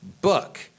book